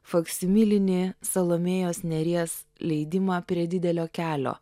faksimilinį salomėjos nėries leidimą prie didelio kelio